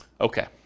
Okay